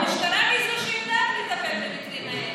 המשטרה היא שיודעת לטפל במקרים האלה.